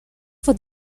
for